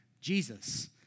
Jesus